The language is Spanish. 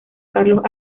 carlos